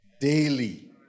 daily